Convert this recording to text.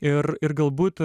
ir ir galbūt